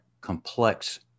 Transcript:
complex